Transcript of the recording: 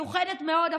אפילו מיוחדת מאוד,